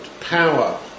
power